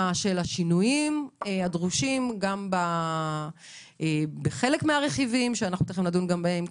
של השינויים הדרושים בחלק מהרכיבים שאנחנו מיד גם נדון בהם,